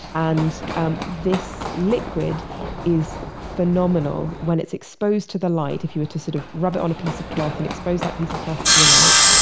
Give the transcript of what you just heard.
and um this liquid is phenomenal when it's exposed to the light if you were to sort of rub it on a piece of cloth and expose that piece of cloth to the lights,